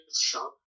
shop